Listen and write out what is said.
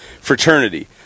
fraternity